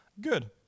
Good